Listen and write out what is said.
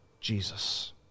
Jesus